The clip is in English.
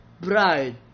bride